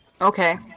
Okay